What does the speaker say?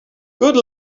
good